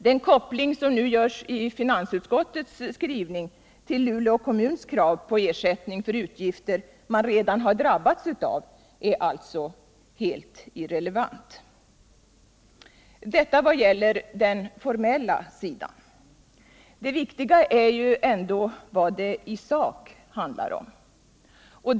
Den koppling som görs i finansutskottets skrivning till Luleå kommuns krav på ersättning för utgifter som man redan drabbats av är alltså helt irrelevant. Detta vad gäller den formella sidan. Det viktiga är ju ändå vad det i sak handlar om.